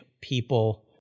people